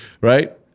right